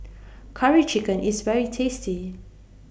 Curry Chicken IS very tasty